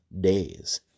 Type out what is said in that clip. days